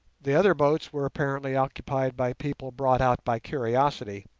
the other boats were apparently occupied by people brought out by curiosity,